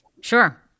Sure